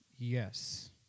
Yes